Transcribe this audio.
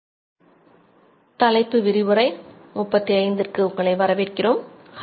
இந்தியத் தொழில்நுட்பக் கழகம் கரக்பூர் தொழில்துறை தானியக்கம் மற்றும் கட்டுப்பாடு N P T L online சான்றிதழ் படிப்பு Prof